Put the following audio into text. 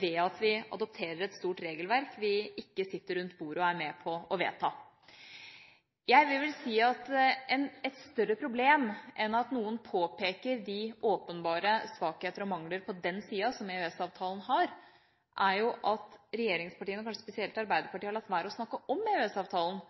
ved at vi adopterer et stort regelverk vi ikke sitter rundt bordet og er med på å vedta. Jeg vil vel si at et større problem enn at noen påpeker de åpenbare svakheter og mangler ved den siden av EØS-avtalen, er at regjeringspartiene, og kanskje spesielt Arbeiderpartiet, har latt være å snakke om